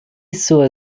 sur